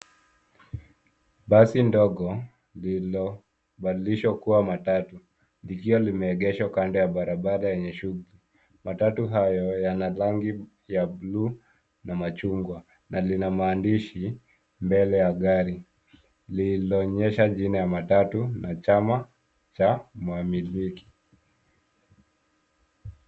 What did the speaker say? Basi ndogo lililobadilishwa kuwa matatu likiwa limeegeshwa kando ya barabara yenye shughuli. Matatu hayo yana rangi ya bluu na machungwa na lina maandishi mbele ya gari liloonyesha jina ya matatu na chama cha mwamiliki.